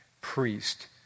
priest